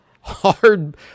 Hard